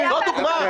זה היה בהסכמה?